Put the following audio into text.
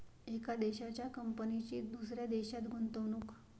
एका देशाच्या कंपनीची दुसऱ्या देशात गुंतवणूक